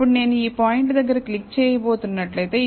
ఇప్పుడు నేను ఈ పాయింట్ దగ్గర క్లిక్ చేయబోతున్నట్లయితే